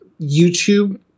youtube